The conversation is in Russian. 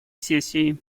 сессии